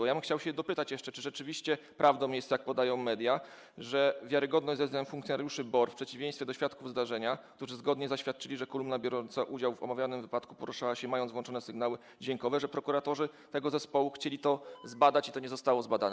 Chciałbym się jeszcze dopytać, czy rzeczywiście prawdą jest, jak podają media, że wiarygodność zeznań funkcjonariuszy BOR w przeciwieństwie do świadków zdarzenia, którzy zgodnie zaświadczyli, że kolumna biorąca udział w omawianym wypadku poruszała się, mając włączone sygnały dźwiękowe... że prokuratorzy tego zespołu chcieli to zbadać i to nie zostało zbadane.